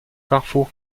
carrefour